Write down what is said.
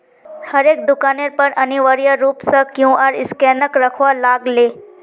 हरेक दुकानेर पर अनिवार्य रूप स क्यूआर स्कैनक रखवा लाग ले